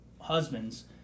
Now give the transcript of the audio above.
husbands